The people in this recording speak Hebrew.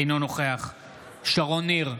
אינו נוכח שרון ניר,